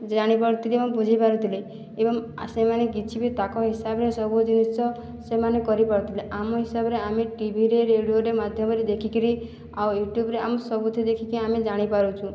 ଜାଣି ପାରୁଥିଲେ ଏବଂ ବୁଝି ପାରୁଥିଲେ ଏବଂ ସେମାନେ କିଛି ବି ତାଙ୍କ ହିସାବରେ ସବୁ ଜିନିଷ ସେମାନେ କରି ପାରୁଥିଲେ ଆମ ହିସାବରେ ଆମେ ଟିଭିରେ ରେଡ଼ିଓରେ ମାଧ୍ୟମରେ ଦେଖିକିରି ଆଉ ୟୁଟ୍ୟୁବରେ ଆମେ ସବୁଥି ଦେଖିକି ଆମେ ଜାଣି ପାରୁଛୁଁ